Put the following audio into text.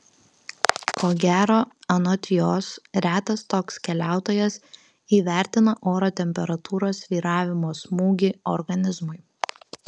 ko gero anot jos retas toks keliautojas įvertina oro temperatūros svyravimo smūgį organizmui